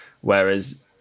whereas